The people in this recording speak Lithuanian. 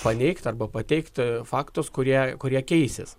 paneigt arba pateikti faktus kurie kurie keisis